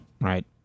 right